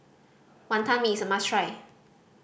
Wantan Mee is a must try